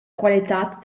qualitad